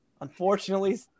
unfortunately